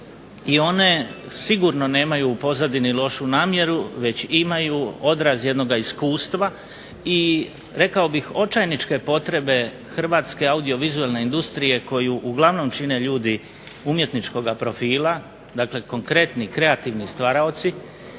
i one sigurno nemaju u pozadini lošu namjeru već imaju odraz jednoga iskustva i rekao bih očajničke potrebe Hrvatske audiovizualne industrije koju uglavnom čine ljudi umjetničkog profila, dakle konkretni, kreativni stvaraoci